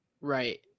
Right